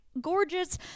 gorgeous